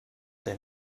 der